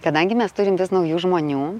kadangi mes turim vis naujų žmonių